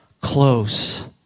close